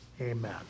Amen